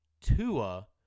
Tua